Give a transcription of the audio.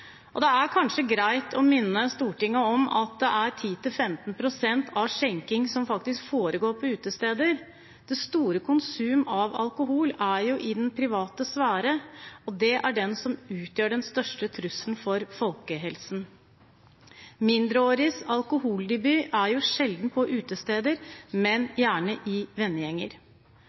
Det er kanskje greit å minne Stortinget om at 10–15 pst. av skjenking faktisk foregår på utesteder. Det store konsum av alkohol er jo i den private sfære, og det er den som utgjør den største trusselen for folkehelsen. Mindreåriges alkoholdebut er sjelden på utesteder, men gjerne i vennegjenger. Vi mener